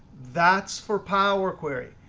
that's for power query.